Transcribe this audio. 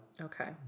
Okay